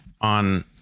on